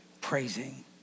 praising